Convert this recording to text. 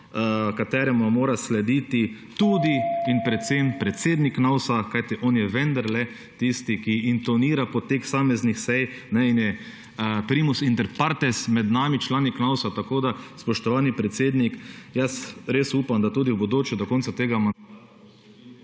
ki mu mora slediti tudi in predvsem predsednik Knovsa, kajti on je vendarle tisti, ki intonira potek posameznih sej in je primus inter pares med nami, člani Knovsa. Tako da, spoštovani predsednik, res upam, da tudi v bodoče do konca tega …